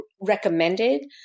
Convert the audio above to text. recommended